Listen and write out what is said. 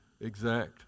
exact